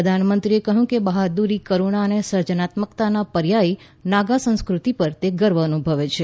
પ્રધાનમંત્રીએ કહ્યું કે બહાદુરી કરુણા અને સર્જનાત્મકતાના પર્યાય નાગા સંસ્કૃતિ પર તે ગર્વ અનુભવે છે